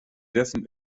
dessen